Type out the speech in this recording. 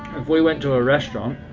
if we went to a restaurant,